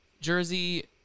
Jersey